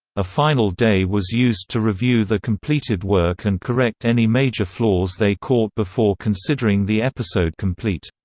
a final day was used to review the completed work and correct any major flaws they caught before considering the episode complete.